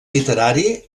literari